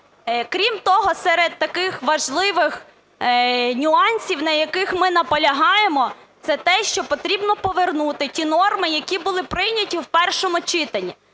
Крім того, серед таких важливих нюансів, на яких ми наполягаємо, це те, що потрібно повернути ті норми, які були прийняті в першому читанні.